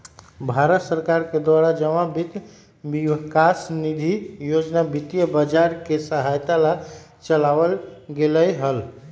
भारत सरकार के द्वारा जमा वित्त विकास निधि योजना वित्तीय बाजार के सहायता ला चलावल गयले हल